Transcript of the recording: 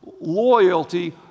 loyalty